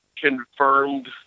confirmed